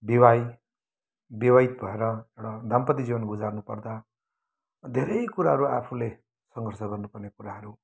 विवाही विवाहित भएर एउटा दाम्पत्य जीवन गुजार्नु पर्दा धेरै कुराहरू आफूले सङ्घर्ष गर्नुपर्ने कुराहरू